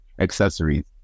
accessories